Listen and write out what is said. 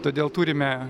todėl turime